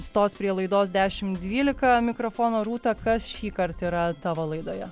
stos prie laidos dešim dvylika mikrofono rūta kas šįkart yra tavo laidoje